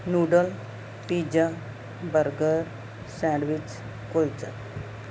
noodle pizza burger sandwich kulcha